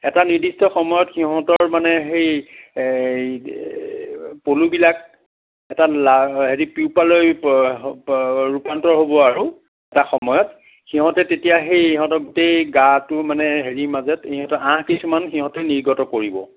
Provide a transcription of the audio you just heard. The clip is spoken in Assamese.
এটা নিৰ্দিষ্ট সময়ত সিহঁতৰ মানে সেই পলুবিলাক এটা ৰূপান্তৰ হ'ব আৰু এটা সময়ত সিহঁতে তেতিয়া সেই সিহঁতৰ গোটেই গাটো মানে হেৰিৰ মাজত এই আঁহ কিছুমান সিহঁতে নিৰ্গত কৰিব